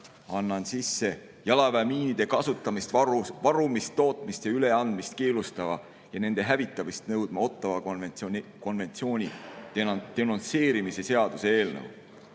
annan üle jalaväemiinide kasutamist, varumist, tootmist ja üleandmist keelustava ja nende hävitamist nõudva konventsiooni denonsseerimise seaduse eelnõu.